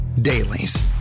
Dailies